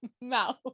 mouth